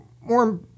more